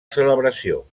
celebració